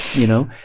you know.